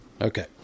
Okay